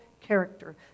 character